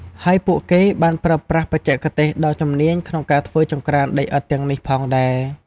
ហើយពួកគេបានប្រើប្រាស់បច្ចេកទេសដ៏ជំនាញក្នុងការធ្វើចង្ក្រានដីឥដ្ឋទាំងនេះផងដែរ។